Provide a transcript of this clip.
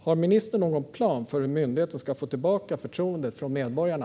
Har ministern någon plan för hur myndigheten ska få tillbaka förtroendet från medborgarna?